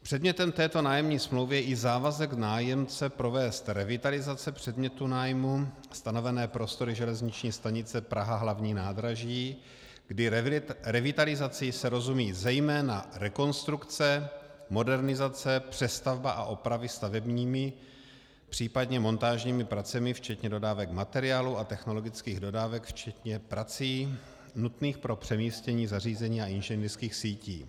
Předmětem této nájemní smlouvy je i závazek nájemce provést revitalizace předmětu nájmu, stanovené prostory železniční stanice Praha hlavní nádraží, kdy revitalizací se rozumí zejména rekonstrukce, modernizace, přestavba a opravy stavebními, případně montážními pracemi včetně dodávek materiálu a technologických dodávek včetně prací nutných pro přemístění zařízení a inženýrských sítí.